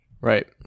Right